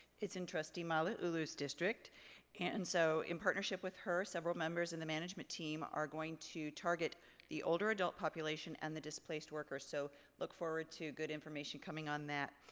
it's in trustee malauulu's district and so, in partnership with her, several members in the management team are going to target the older adult population and the displaced worker so look forward to good information coming on that.